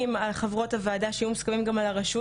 על חברות הוועדה שיהיו מוסכמים גם על הרשות,